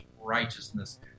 righteousness